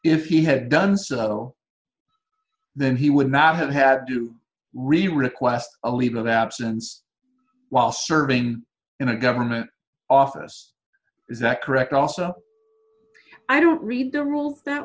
if he had done so then he would not have had to really request a leave of absence while serving in a government office is that correct also i don't read the rule that